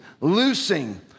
loosing